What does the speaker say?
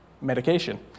medication